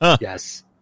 yes